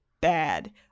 bad